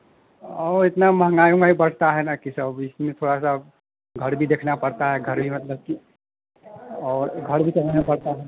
और इतना महँगाई ओहँगाई बढ़ता है ना कि सब इसमें थोड़ा सा घर भी देखना पड़ता है घर भी मतलब कि और घर भी चलाना पड़ता है